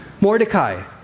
Mordecai